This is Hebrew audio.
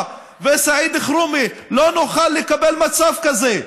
וסעיד אלחרומי לא נוכל לקבל מצב כזה.